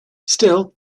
still